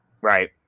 Right